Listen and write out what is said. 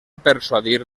persuadir